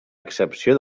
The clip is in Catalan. excepció